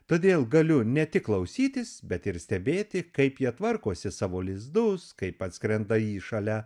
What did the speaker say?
todėl galiu ne tik klausytis bet ir stebėti kaip jie tvarkosi savo lizdus kaip atskrenda į šalia